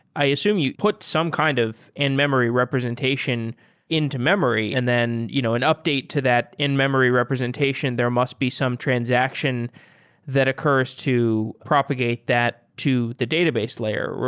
i assume you put some kind of in-memory representation into memory, and then you know an update to that in-memory representation, there must be some transaction that occurs to propagate that to the database layer,